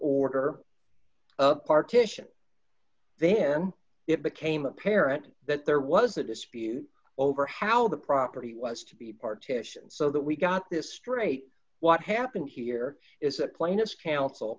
order partition then it became apparent that there was a dispute over how the property was to be partitioned so that we got this straight what happened here is a plaintiff's counsel